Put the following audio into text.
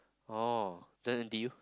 orh then N_T_U